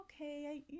okay